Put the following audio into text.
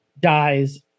dies